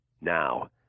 now